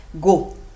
Go